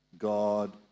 God